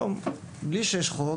בלי שיש חוק,